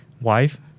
wife